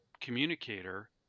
Communicator